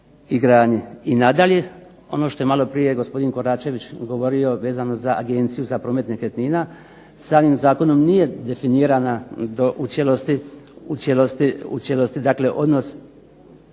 I nadalje, ono što je malo prije gospodin Koračević govorio vezano za Agenciju za promet nekretnina, samim zakonom nije definirana u cijelosti dakle